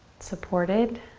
supported.